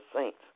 saints